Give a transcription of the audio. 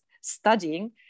studying